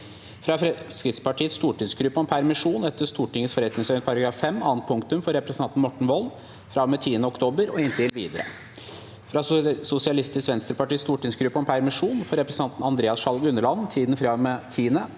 fra Fremskrittspartiets stortingsgruppe om permisjon etter Stortingets forretningsorden § 5 annet punktum for representanten Morten Wold fra og med 10. oktober og inntil videre – fra Sosialistisk Venstrepartis stortingsgruppe om permisjon for Andreas Sjalg Unneland i tiden fra og med 10.